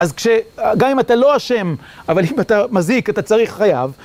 אז כש... גם אם אתה לא אשם, אבל אם אתה מזיק, אתה צריך… חייב.